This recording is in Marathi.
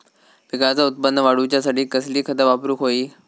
पिकाचा उत्पन वाढवूच्यासाठी कसली खता वापरूक होई?